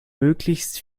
möglichst